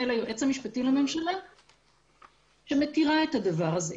ליועץ המשפטי לממשלה שמתירה את הדבר הזה.